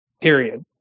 period